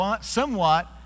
somewhat